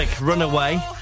Runaway